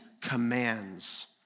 commands